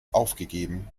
aufgegeben